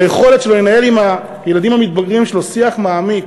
היכולת שלו לנהל עם הילדים המתבגרים שלו שיח מעמיק,